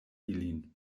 ilin